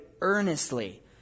earnestly